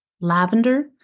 lavender